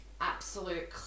Absolute